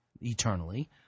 eternally